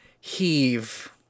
heave